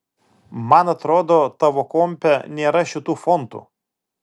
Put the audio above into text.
man atrodo tavo kompe nėra šitų fontų